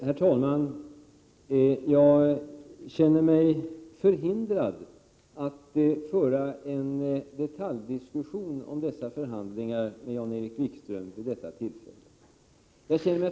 Herr talman! Jag känner mig förhindrad att föra en detaljdiskussion om dessa förhandlingar med Jan-Erik Wikström vid detta tillfälle.